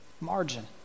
margin